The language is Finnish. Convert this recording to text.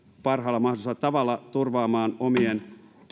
parhaalla mahdollisella tavalla turvaamaan omien